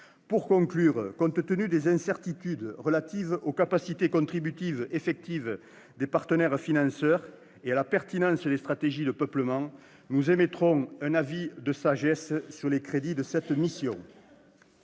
Pour conclure, compte tenu des incertitudes relatives aux capacités contributives effectives des partenaires financeurs et à la pertinence des stratégies de peuplement, nous émettrons un avis de sagesse sur les crédits de cette mission.